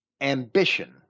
ambition